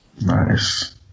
Nice